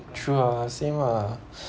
true ah same lah